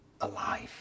alive